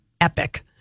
Epic